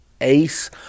ace